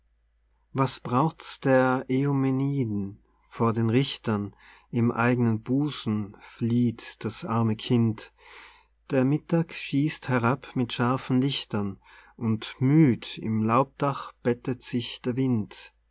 was braucht's der eumeniden vor den richtern im eignen busen flieht das arme kind der mittag schießt herab mit scharfen lichtern und müd im laubdach bettet sich der wind